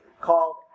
called